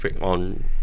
on